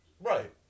right